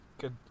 good